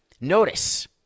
notice